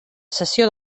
cessió